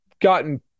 gotten